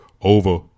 over